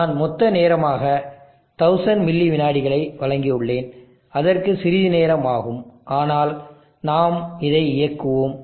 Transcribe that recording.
நான் மொத்த நேரமாக 1000 மில்லி விநாடிகளை வழங்கியுள்ளேன் அதற்கு சிறிது நேரம் ஆகும் ஆனால் நாம் இதை இயக்குவோம்